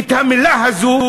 המילה הזו,